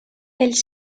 els